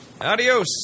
Adios